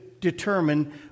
determine